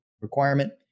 requirement